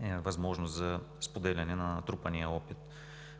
възможност за споделяне на натрупания опит.